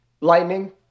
Lightning